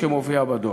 מה שמופיע בדוח.